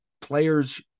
players